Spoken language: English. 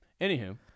Anywho